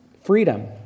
freedom